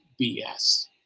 BS